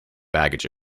baggage